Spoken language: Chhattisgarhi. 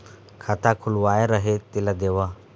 खाता खुलवाय रहे तेला देव?